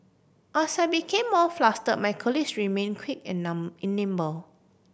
as I became more fluster my colleagues remain quick and nimble